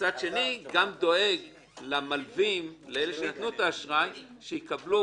ותעלה למליאה לקריאה השנייה ולקריאה השלישית.